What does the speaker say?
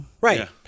Right